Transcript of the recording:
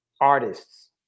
artists